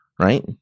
right